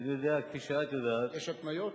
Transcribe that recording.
כי אני יודע, כי שאלתי אותה, יש התניות?